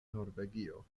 norvegio